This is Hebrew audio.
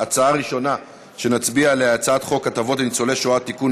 ההצעה הראשונה שנצביע עליה היא הצעת חוק הטבות לניצולי שואה (תיקון,